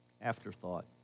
afterthought